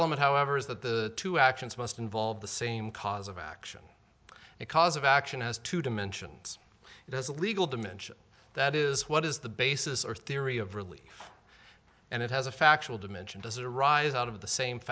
element however is that the two actions must involve the same cause of action and cause of action has two dimensions it is a legal dimension that is what is the basis or theory of really and it has a factual dimension does it arise out of the same